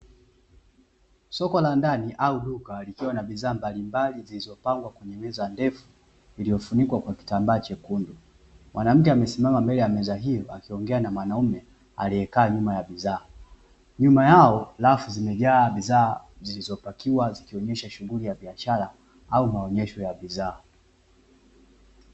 Soko la ndani au duka, likiwa na bidhaa mbalimbali zilizopangwa kwenye meza ndefu iliyofunikwa kwa kitambaa chekundu. Mwanamke amesimama mbele ya meza hiyo, akiongea na mwanaume aliyekaa nyuma ya bidhaa. Nyuma yao, rafu zimejaa bidhaa zilizopakiwa, zikionyesha shughuli ya biashara au maonyesho ya bidhaa.